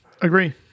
agree